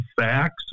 facts